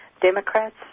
Democrats